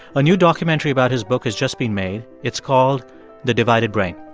a new documentary about his book has just been made. it's called the divided brain.